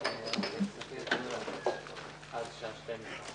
הישיבה ננעלה בשעה 11:50